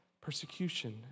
persecution